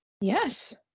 Yes